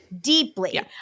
Deeply